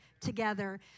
together